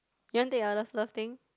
you want take other love thing